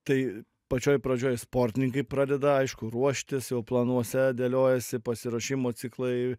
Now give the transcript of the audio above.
tai pačioj pradžioj sportininkai pradeda aišku ruoštis jau planuose dėliojasi pasiruošimo ciklai